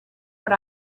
what